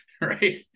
Right